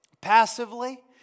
passively